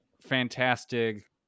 Fantastic